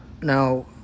now